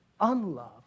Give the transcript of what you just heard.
unloved